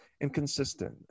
inconsistent